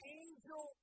angel